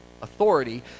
authority